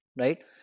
Right